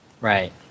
Right